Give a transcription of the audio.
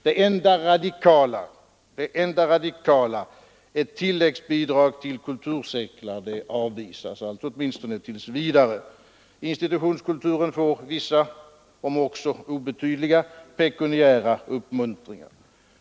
Det enda radikala är ett förslag om tilläggsbidrag till kulturcirklar, och det avvisas alltså, åtminstone tills vidare. Institutionskulturen får vissa, om också obetydliga, pekuniära uppmuntringar.